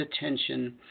attention